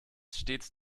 stets